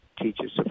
teaches